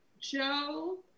Joe